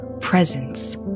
presence